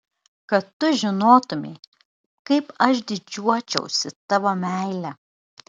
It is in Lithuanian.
kad tu žinotumei kaip aš didžiuočiausi tavo meile